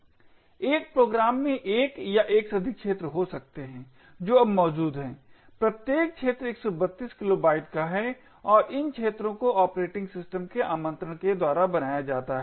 एक प्रोग्राम में एक या एक से अधिक क्षेत्र हो सकते हैं जो अब मौजूद हैं प्रत्येक क्षेत्र 132 किलोबाइट का है और इन क्षेत्रों को ऑपरेटिंग सिस्टम के आमंत्रण के द्वारा बनाया जाता है